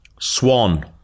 Swan